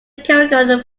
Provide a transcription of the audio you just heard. chemical